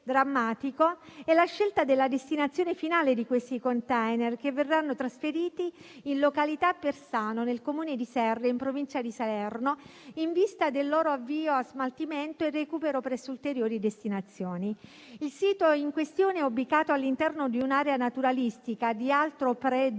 drammatico è la scelta della destinazione finale di questi *container*, che verranno trasferiti in località Persano, nel Comune di Serre, in provincia di Salerno, in vista del loro avvio a smaltimento e recupero presso ulteriori destinazioni. Il sito in questione è ubicato all'interno di un'area naturalistica di alto pregio